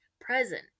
present